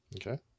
Okay